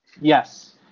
Yes